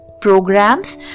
programs